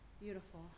Beautiful